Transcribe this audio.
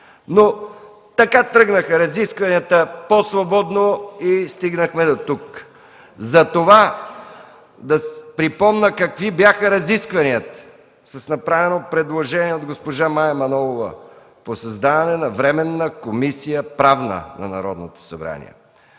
тръгнаха така – по-свободно, и стигнахме дотук. Затова да припомня какви бяха разискванията – с направено предложение от госпожа Мая Манолова за създаване на временна комисия – Правна, на Народното събрание.